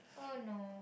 oh no